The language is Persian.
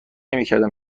نمیکردم